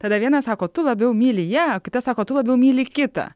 tada viena sako tu labiau myli ją o kita sako tu labiau myli kitą